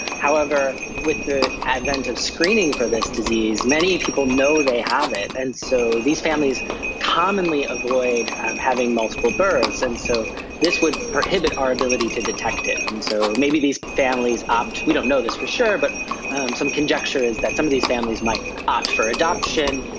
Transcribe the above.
however, with the advent of screening for this disease many people know they have it and so these families commonly avoid having multiple births, and so this would prohibit our ability to detect it. and so maybe these families opt, we don't know this for sure but some conjecture is that some of these families might opt for adoption,